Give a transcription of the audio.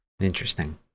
Interesting